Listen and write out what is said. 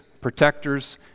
protectors